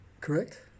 correct